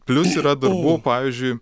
plius yra darbų pavyzdžiui